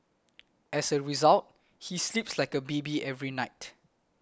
as a result he sleeps like a baby every night